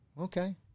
Okay